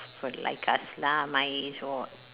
for like us lah my age or